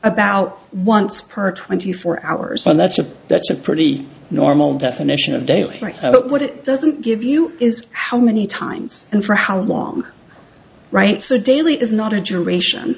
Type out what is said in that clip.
about once per twenty four hours and that's a that's a pretty normal definition of daily but what it doesn't give you is how many times and for how long right so daily is not a generation